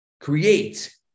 create